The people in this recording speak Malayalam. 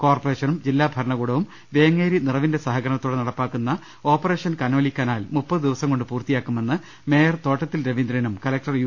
കോർപ്പറേഷനും ജില്ലാ ഭരണകൂടവും വേങ്ങേരി നിറവിന്റെ സഹ കരണത്തോടെ നടപ്പാക്കുന്ന ഓപ്പറേഷ്ടൻ കനോലി കനാൽ മുപ്പത് ദിവസം കൊണ്ട് പൂർത്തിയാക്കുമെന്ന് മേയർ തോട്ടത്തിൽ രവീന്ദ്രനും കലക്ടർ യു